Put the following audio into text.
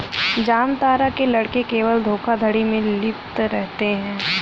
जामतारा के लड़के केवल धोखाधड़ी में लिप्त रहते हैं